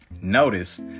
Notice